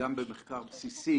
וגם במחקר בסיסי